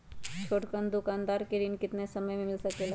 छोटकन दुकानदार के ऋण कितने समय मे मिल सकेला?